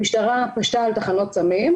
המשטרה פשטה על תחנות סמים,